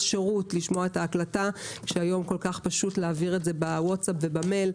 שירות לשמוע את ההקלטה כשהיום כה פשוט להעביר את זה בווטסאפ או במייל.